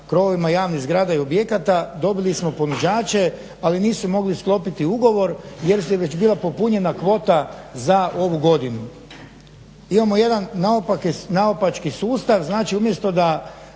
krovovima javnih zgrada i objekata. Dobili smo ponuđače ali nisu mogli sklopiti ugovor jer se već bila popunjena kvota za ovu godinu. Imamo jedan naopaki, naopački sustav znači umjesto da